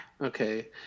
okay